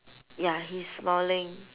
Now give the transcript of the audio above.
ya he's smiling